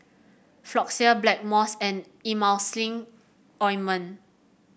Floxia Blackmores and Emulsying Ointment